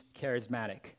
charismatic